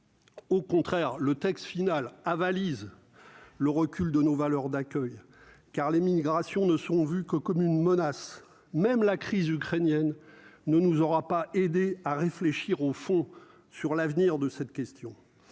Au contraire, le texte final avalise le recul de nos valeurs d'accueil car les migrations ne sont vus que comme une menace même la crise ukrainienne ne nous aura pas aider à réfléchir au fond sur l'avenir de cette question